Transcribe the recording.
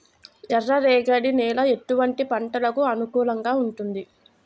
ఎర్ర రేగడి నేల ఎటువంటి పంటలకు అనుకూలంగా ఉంటుంది?